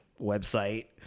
website